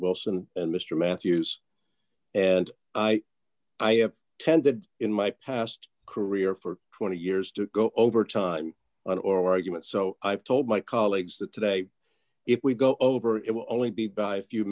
wilson and mr matthews and i i have tended in my past career for twenty years to go over time and or argument so i've told my colleagues that today if we go over it will only be by a few